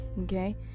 okay